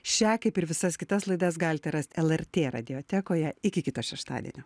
šią kaip ir visas kitas laidas galite rast lrt radiotekoje iki kito šeštadienio